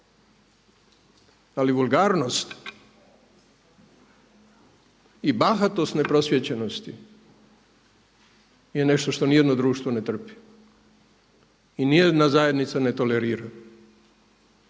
Ali vulgarnost i bahatost neprosvijećenosti je nešto što nijedno društvo ne trp i nijedna zajednica ne tolerira